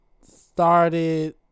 started